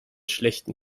schlechten